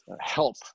help